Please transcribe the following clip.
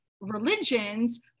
religions